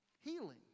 Healing